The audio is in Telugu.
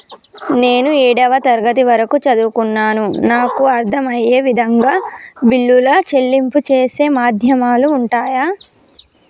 నేను ఏడవ తరగతి వరకు చదువుకున్నాను నాకు అర్దం అయ్యే విధంగా బిల్లుల చెల్లింపు చేసే మాధ్యమాలు ఉంటయా?